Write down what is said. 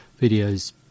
videos